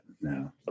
no